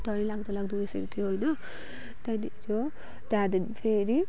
डरै लाग्दो लाग्दो उयेसहरू थियो होइन त्यहाँदेखि थियो त्यहाँदेखि फेरि